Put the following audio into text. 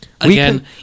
again